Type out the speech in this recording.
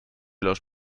los